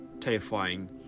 terrifying